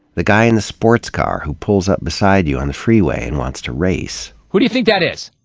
the guy in the sports car who pulls up beside you on the freeway and wants to race. who do you think that is?